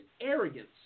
arrogance